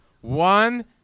One